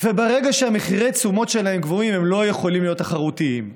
וברגע שמחירי התשומות שלהם גבוהים הם לא יכולים להיות תחרותיים.